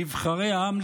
נבחרי העם,